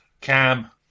Cam